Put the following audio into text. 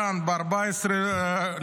כאן, ב-14 באוקטובר,